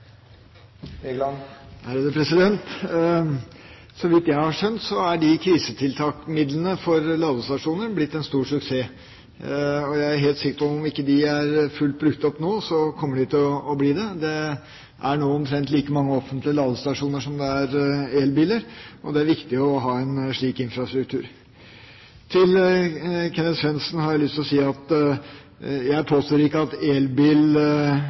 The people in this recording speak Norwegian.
Så vidt jeg har skjønt, har krisetiltaksmidlene for ladestasjoner blitt en stor suksess. Jeg er helt sikker på at om de ikke er fullt ut brukt opp nå, kommer de til å bli det. Det er nå omtrent like mange offentlige ladestasjoner som det er elbiler. Det er viktig å ha en slik infrastruktur. Til Kenneth Svendsen har jeg lyst til å si at jeg ikke påstår at